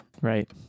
Right